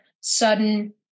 sudden